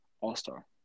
all-star